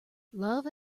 love